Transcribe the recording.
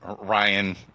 Ryan